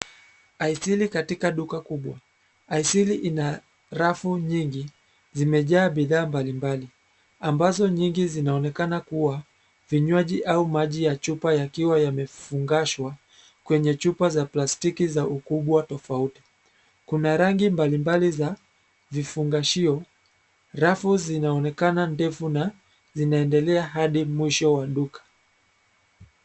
Aisili katika duka kubwa. Aisili ina rafu nyingi, zimejaa bidhaa mbalimbali, ambazo nyingi zinaonekana kuwa, vinywaji au maji ya chupa yakiwa yamefungashwa, kwenye chupa za plastiki za ukubwa tofauti. Kuna rangi mbalimbali za vifungashio. Rafu zinaonekana ndefu na zinaendelea hadi mwisho wa duka.